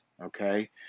okay